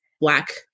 black